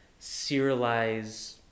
serialize